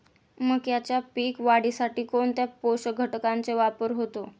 मक्याच्या पीक वाढीसाठी कोणत्या पोषक घटकांचे वापर होतो?